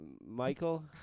Michael